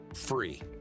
free